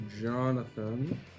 Jonathan